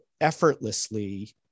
effortlessly